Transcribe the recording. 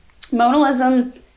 Modalism